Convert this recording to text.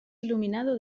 iluminado